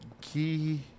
key